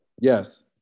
Yes